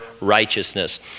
righteousness